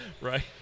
right